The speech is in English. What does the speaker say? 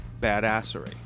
badassery